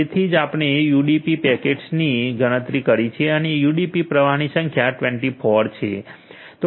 તેથી જ આપણે યુડીપી પેકેટની પણ ગણતરી કરી છે અને યુડીપી પ્રવાહની સંખ્યા 24 ચોવીસ છે